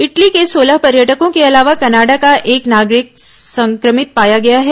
Italy के सोलह पर्यटकों के अलावा कनाडा का एक नागरिक संक्रमित पाया गया है